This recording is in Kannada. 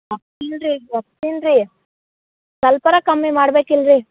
ಒಪ್ತೀನಿ ರೀ ಒಪ್ತೀನಿ ರೀ ಸ್ವಲ್ಪಾರ ಕಮ್ಮಿ ಮಾಡ್ಬೇಕಲ್ರೀ